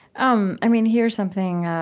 um i mean here's something